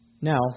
Now